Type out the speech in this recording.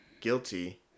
guilty